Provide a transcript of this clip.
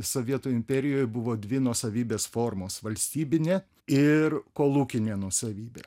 sovietų imperijoj buvo dvi nuosavybės formos valstybinė ir kolūkinė nuosavybė